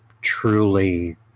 truly